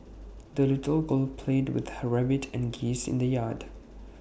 the little girl played with her rabbit and geese in the yard